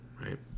Right